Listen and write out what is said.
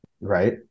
right